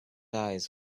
eyes